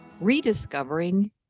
Rediscovering